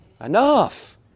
enough